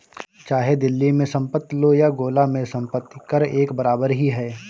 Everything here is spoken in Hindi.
चाहे दिल्ली में संपत्ति लो या गोला में संपत्ति कर एक बराबर ही है